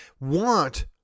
want